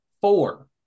four